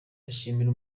ndashimira